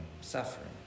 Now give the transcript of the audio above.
suffering